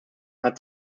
hat